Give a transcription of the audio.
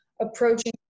approaching